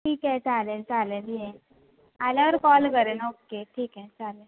ठीक आहे चालेल चालेल आल्यावर कॉल करेन ओके ठीक आहे चालेल